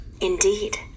Indeed